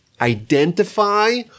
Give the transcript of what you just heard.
identify